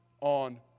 on